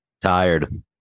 Tired